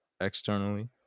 externally